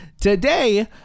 Today